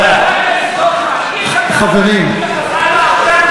חבר הכנסת